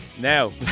Now